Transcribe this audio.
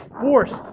forced